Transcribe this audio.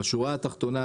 בשורה התחתונה,